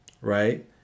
right